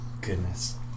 Goodness